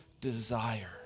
desire